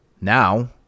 Now